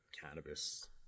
cannabis